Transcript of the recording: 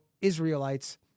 Israelites